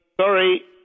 Sorry